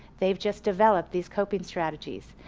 they've just developed these coping strategies.